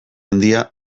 handia